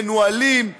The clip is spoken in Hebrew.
מנוהלים,